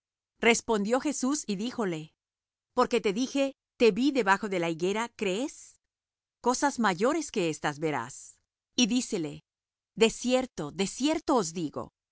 respondió jesús y díjole porque te dije te vi debajo de la higuera crees cosas mayores que éstas verás y dícele de cierto de cierto os digo